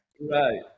right